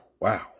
Wow